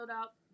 up